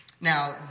Now